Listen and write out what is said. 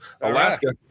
Alaska